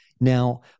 Now